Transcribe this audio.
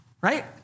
right